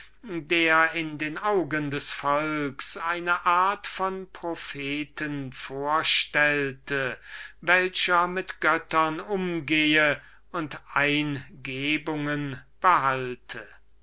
der in den augen des volks eine art von propheten vorstellte der mit den göttern umgehe und eingebungen